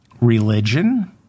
religion